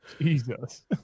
Jesus